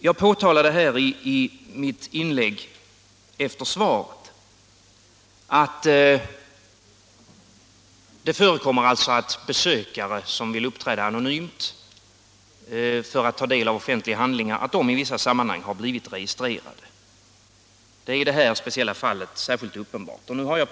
Jag påtalade i mitt inlägg efter interpellationssvaret att det förekommer att besökare som vill uppträda anonymt för att ta del av offentliga handlingar i vissa sammanhang har blivit registrerade. Det är i det här speciella fallet särskilt uppenbart att så har skett.